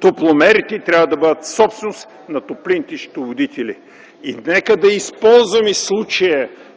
топломерите трябва да бъдат собственост на топлинните счетоводители. И нека да използваме случая,